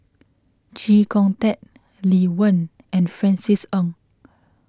Chee Kong Tet Lee Wen and Francis Ng